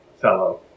fellow